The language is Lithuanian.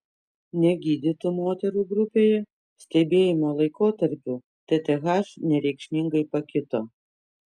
negydytų moterų grupėje stebėjimo laikotarpiu tth nereikšmingai pakito